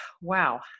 wow